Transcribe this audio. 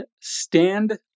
stand